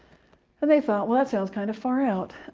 and they thought well that sounds kind of far out,